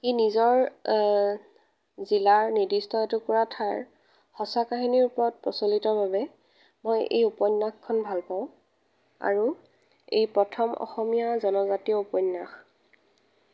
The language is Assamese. ই নিজৰ জিলাৰ নিৰ্দিষ্ট এটুকুৰাৰ ঠাইৰ সঁচা কাহিনীৰ ওপৰত প্ৰচলিত বাবে মই এই উপন্যাসখন ভাল পাওঁ আৰু এই প্ৰথম অসমীয়া জনজাতীয় উপন্যাস